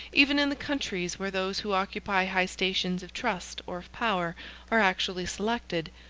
even in the countries where those who occupy high stations of trust or of power are actually selected,